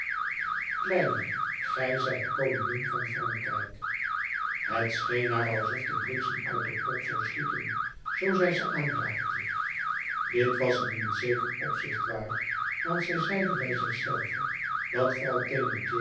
kleine gij zijt koningin van frankrijk het scheen haar alsof de bliksem uit de pop zou schieten zoo zij ze aanraakte dit was in een zeker opzicht waar want zij zeide bij zich zelve dat